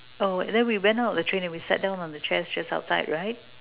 oh and then we went out of the train and then we sat down on the chairs just outside right